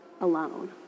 alone